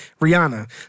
Rihanna